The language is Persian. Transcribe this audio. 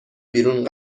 بیرون